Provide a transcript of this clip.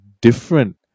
different